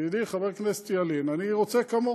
ידידי חבר הכנסת ילין, אני רוצה כמוך.